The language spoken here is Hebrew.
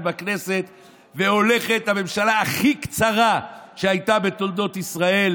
בכנסת והולכת להיות הממשלה הכי קצרה שהייתה בתולדות ישראל,